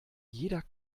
jeder